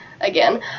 Again